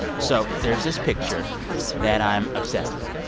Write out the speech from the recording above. so there's this picture that i'm obsessed with.